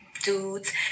dudes